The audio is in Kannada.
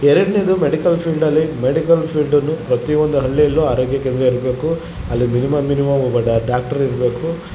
ಎರಡ್ನೇದು ಮೆಡಿಕಲ್ ಫೀಲ್ಡ್ಲ್ಲಿ ಮೆಡಿಕಲ್ ಫೀಲ್ಡ್ನು ಪ್ರತಿಯೊಂದು ಹಳ್ಳಿಯಲ್ಲು ಆರೋಗ್ಯ ಕೇಂದ್ರ ಇರಬೇಕು ಅಲ್ಲಿ ಮಿನಿಮಮ್ ಮಿನಿಮಮ್ ಒಬ್ಬ ಡಾಕ್ಟ್ರ್ ಇರಬೇಕು